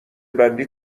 بندی